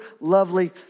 lovely